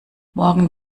morgen